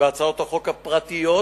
בהצעות החוק הפרטיות